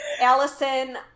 Allison